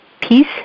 peace